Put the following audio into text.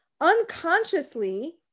Unconsciously